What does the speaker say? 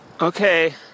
Okay